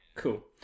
Cool